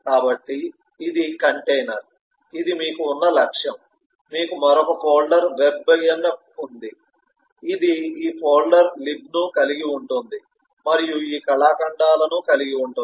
కాబట్టి ఇది కంటైనర్ ఇది మీకు ఉన్న లక్ష్యం మీకు మరొక ఫోల్డర్ వెబ్ ఇన్ఫ ఉంది ఇది ఈ ఫోల్డర్ లిబ్ను కలిగి ఉంటుంది మరియు ఈ కళాఖండాలను కలిగి ఉంటుంది